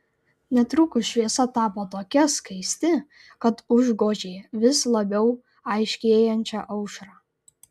netrukus šviesa tapo tokia skaisti kad užgožė vis labiau aiškėjančią aušrą